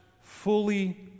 fully